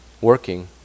working